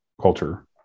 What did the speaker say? culture